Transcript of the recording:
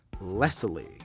Leslie